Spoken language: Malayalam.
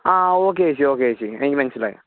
ആ ഓക്കെ ചേച്ചി ഓക്കെ ചേച്ചി എനിക്ക് മനസ്സിലായി